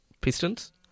Pistons